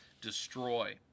destroy